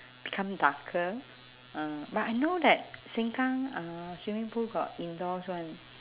become darker ah but I know that sengkang uh swimming pool got indoors one